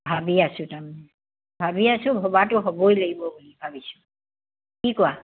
ভাবি আছোঁ তাৰমানে ভাবি আছোঁ ভবাটো হ'বই লাগিব বুলি ভাবিছোঁ কি কোৱা